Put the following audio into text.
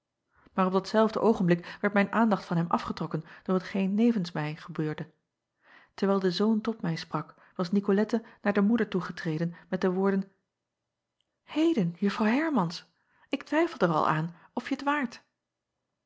aar op datzelfde oogenblik werd mijn aandacht van hem afgetrokken door hetgeen nevens mij gebeurde erwijl de zoon tot mij sprak was icolette naar de moeder toegetreden met de woorden eden uffrouw ermans k twijfelde er al aan of je t waart